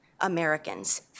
Americans